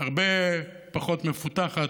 הרבה פחות מפותחת,